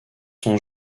sont